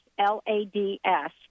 L-A-D-S